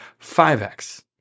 5x